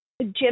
Jim